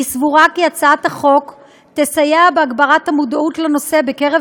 אני סבורה כי הצעת החוק תסייע בהגברת המודעות לנושא בקרב